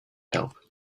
help